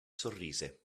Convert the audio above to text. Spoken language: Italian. sorrise